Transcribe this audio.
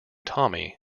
tommy